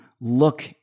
look